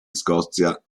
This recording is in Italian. scozia